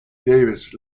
davis